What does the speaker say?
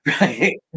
right